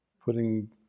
putting